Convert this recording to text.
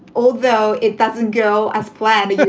although it doesn't go as planned.